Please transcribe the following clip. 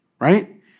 right